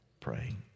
Praying